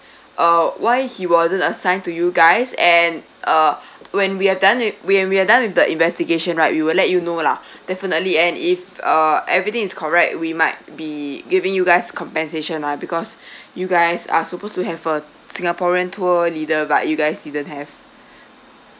uh why he wasn't assigned to you guys and uh when we are done when we are done with the investigation lah we will let you know lah definitely and if uh everything is correct we might be giving you guys compensation lah because you guys are supposed to have a singaporean tour leader but you guys you didn't have